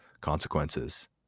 consequences